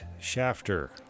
Shafter